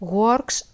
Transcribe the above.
works